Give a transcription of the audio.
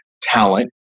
talent